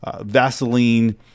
Vaseline